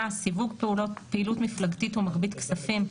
(סיוג פעילות מפלגתית ומגבית כספים),